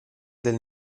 del